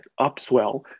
upswell